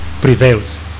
prevails